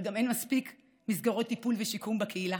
אבל גם אין מספיק מסגרות טיפול ושיקום בקהילה,